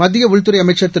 மத்தியஉள்துறைஅமைச்சர்திரு